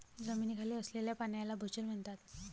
जमिनीखाली असलेल्या पाण्याला भोजल म्हणतात